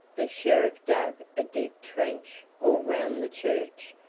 the sheriff dug a deep trench all round the church,